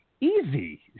easy